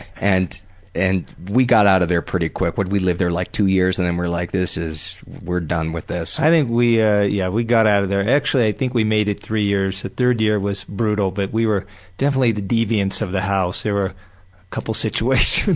and and we got out of there pretty quick. what, we lived there like two years and were like, this is. we're done with this'. i think we ah yeah we got out of there. actually, i think we made it three years. the third year was brutal, but we were definitely the deviants of the house. there were a couple situations